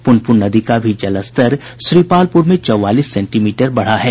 पुनपुन नदी का भी जलस्तर श्रीपालपुर में चौवालीस सेंटीमीटर बढ़ा है